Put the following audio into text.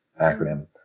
acronym